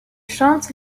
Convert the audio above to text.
chante